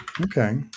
Okay